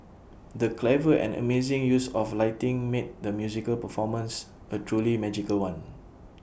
the clever and amazing use of lighting made the musical performance A truly magical one